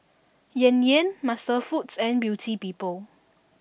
Yan Yan MasterFoods and Beauty People